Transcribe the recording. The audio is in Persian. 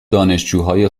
دانشجوهای